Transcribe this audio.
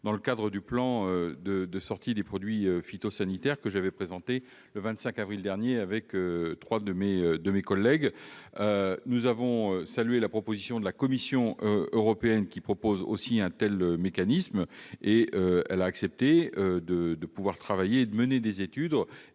dans le cadre du plan de sortie des produits phytosanitaires que j'ai présenté le 25 avril dernier avec trois de mes collègues. Nous avons salué la position de la Commission européenne, qui propose aussi la création d'un tel mécanisme. La Commission a accepté de mener des études